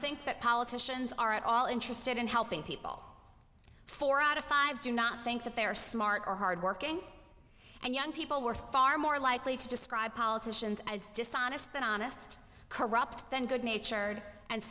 think that politicians are at all interested in helping people four out of five do not think that they are smart or hardworking and young people were far more likely to describe politicians as dishonest than honest corrupt than good natured and